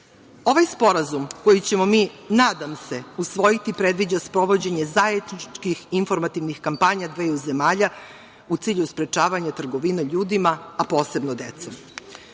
sporazum, koji ćemo mi, nadam se, usvojiti, predviđa sprovođenje zajedničkih informativnih kampanja dveju zemalja u cilju sprečavanja trgovine ljudima, a posebno dece.